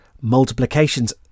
multiplications